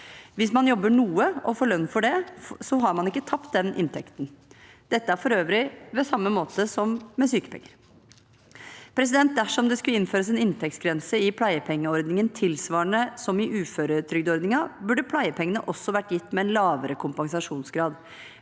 Hvis man jobber noe, og får lønn for det, har man ikke tapt den inntekten. Dette er for øvrig på samme måte som med sykepenger. Dersom det skulle innføres en inntektsgrense i pleiepengeordningen tilsvarende som i uføretrygdordningen, burde pleiepengene også vært gitt med en lavere kompensasjonsgrad.